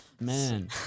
man